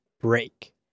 break